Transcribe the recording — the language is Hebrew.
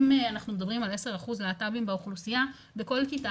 כי אם אנחנו מדברים על 10 אחוז להט"בים באוכלוסייה בכל כיתה